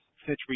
Century